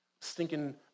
stinking